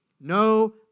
No